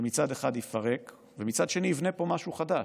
שמצד אחד יפרק ומצד שני יבנה פה משהו חדש,